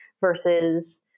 versus